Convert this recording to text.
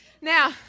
Now